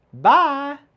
bye